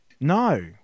No